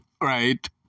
right